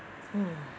mm